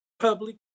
public